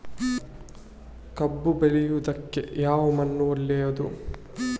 ಕಬ್ಬು ಬೆಳೆಯುವುದಕ್ಕೆ ಯಾವ ಮಣ್ಣು ಒಳ್ಳೆಯದು?